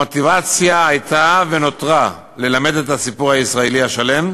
המוטיבציה הייתה ונותרה ללמד את הסיפור הישראלי השלם,